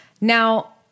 Now